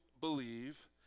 believe